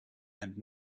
and